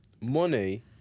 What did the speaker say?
money